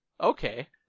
Okay